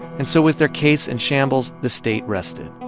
and so with their case in shambles, the state rested